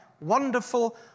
Wonderful